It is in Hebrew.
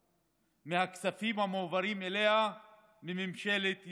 מהכספים המועברים אליה מממשלת ישראל,